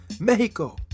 Mexico